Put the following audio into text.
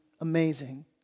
amazing